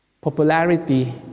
popularity